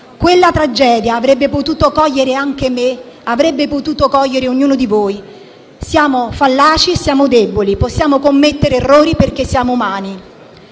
Quella tragedia avrebbe potuto cogliere anche me, così come ognuno di voi. Siamo fallaci, siamo deboli. Possiamo commettere errori perché siamo umani.